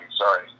sorry